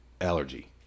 allergy